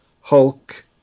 Hulk